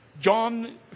John